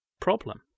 problem